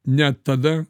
net tada